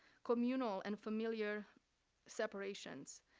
communal and familiar separations,